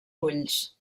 ulls